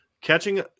catching